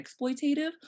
exploitative